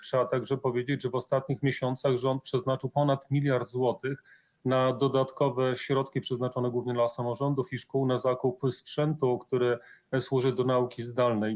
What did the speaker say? Trzeba także powiedzieć, że w ostatnich miesiącach rząd przeznaczył ponad miliard złotych na dodatkowe środki przeznaczone głównie dla samorządów i szkół na zakup sprzętu, który służy do nauki zdalnej.